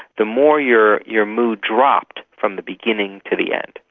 the more your your mood dropped from the beginning to the end.